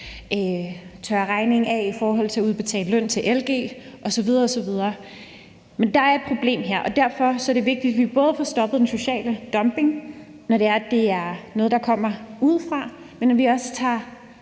tørrer regningen i forhold til at udbetale løn af til LG osv. osv. Men der er et problem her, og derfor er det vigtigt, at vi både får stoppet den sociale dumping, når det er noget, der kommer udefra, men at vi også tager